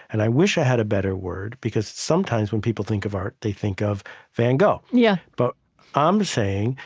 and i wish i had a better word, because sometimes when people think of art, they think of van gogh. yeah but i'm saying,